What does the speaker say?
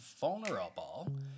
vulnerable